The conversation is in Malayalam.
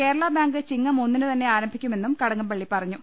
കേരള ബാങ്ക് ചിങ്ങം ഒന്നിന് തന്നെ ആരംഭിക്കുമെന്നും കട കംപള്ളി പറഞ്ഞു